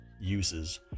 uses